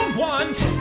want